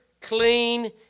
clean